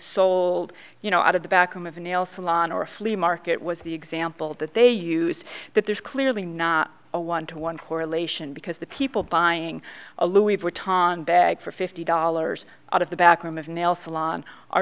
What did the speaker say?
sold you know out of the back room of a nail salon or a flea market was the example that they use that there's clearly not a one to one correlation because the people buying a louis vertonghen bag for fifty dollars out of the back room of nail salon